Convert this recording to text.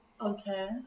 Okay